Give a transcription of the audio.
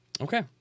okay